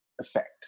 effect